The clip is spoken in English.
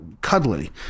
cuddly